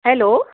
hello